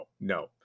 no